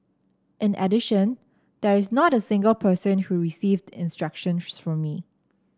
in addition there is not a single person who received instructions from me